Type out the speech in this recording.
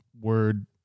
word